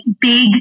big